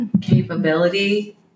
capability